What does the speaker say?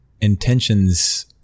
intentions